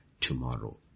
Tomorrow